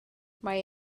mae